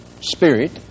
spirit